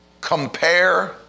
compare